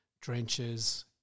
drenches